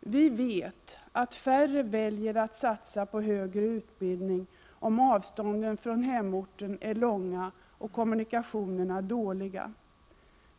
Vi vet att färre väljer att satsa på högre utbildning, om avstånden från hemorten är långa och kommunikationerna dåliga.